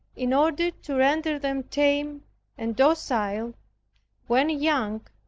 in order to render them tame and docile when young,